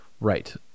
right